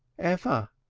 ever.